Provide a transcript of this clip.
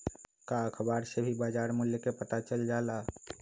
का अखबार से भी बजार मूल्य के पता चल जाला?